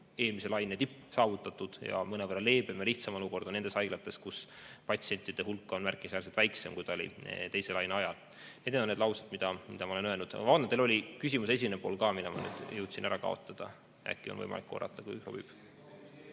eelmise laine tipp saavutatud. Mõnevõrra leebem ja lihtsam on olukord nendes haiglates, kus patsientide hulk on märkimisväärselt väiksem, kui oli teise laine ajal. Need on need laused, mida ma olen öelnud. Aga teil oli küsimuse esimene pool ka, mille ma jõudsin ära kaotada. Äkki on võimalik korrata, kui sobib?